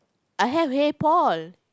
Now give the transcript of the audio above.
I have hey Paul